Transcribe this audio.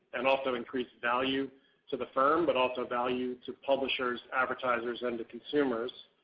and also increased value to the firm but also value to publishers, advertisers and the consumers.